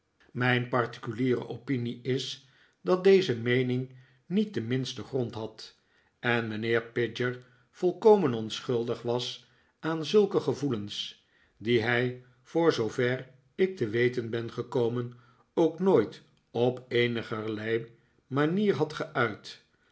mijn particuliere opinie is dat deze meening niet den minsten grond had en mijnheer pidger volkomen onschuldig was aan zulke gevoelens die hij voor zoover ik te weten ben gekomen ook nooit op eenigerlei manier had geuit